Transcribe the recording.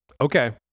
Okay